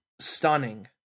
stunning